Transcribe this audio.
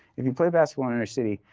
if you played basketball in inner city,